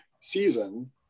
season